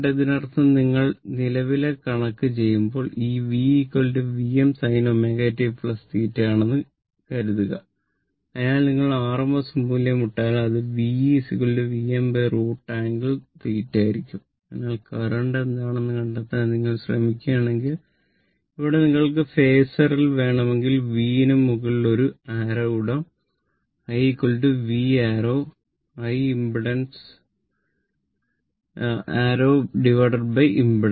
ഇതിനർത്ഥം നിങ്ങൾ നിലവിലെ കണക്ക് ചെയ്യുമ്പോൾ ഈ v Vm sin Z v angle θ R j L ω